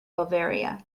bavaria